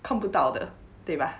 看不到的对吧